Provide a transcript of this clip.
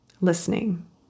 listening